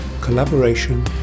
collaboration